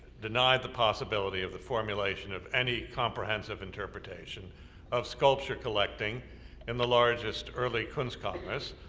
denied the possibility of the formulation of any comprehensive interpretation of sculpture collecting in the largest early kunstkammers,